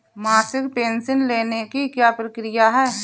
मासिक पेंशन लेने की क्या प्रक्रिया है?